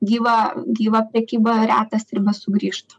gyvą gyvą prekybą retas ir besugrįžta